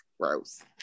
gross